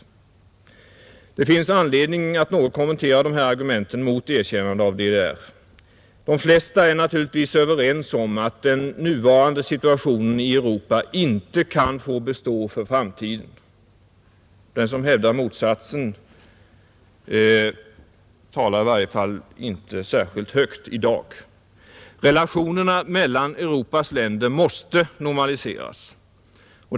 Nr 79 Det finns anledning att något kommentera detta argument mot Torsdagen den erkännande av DDR. De flesta är överens om att den nuvarande 6 maj 1971 situationen i Europa inte kan få bestå för framtiden, Den som hävdar motsatsen talar i varje fall inte särskilt högt i dag. Relationerna mellan Upprättande av Europas länder måste normaliseras.